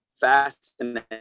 fascinating